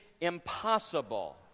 Impossible